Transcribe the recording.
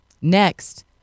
next